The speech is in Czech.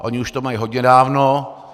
Oni už to mají hodně dávno.